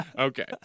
Okay